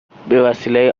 بهوسیله